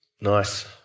Nice